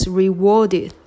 rewarded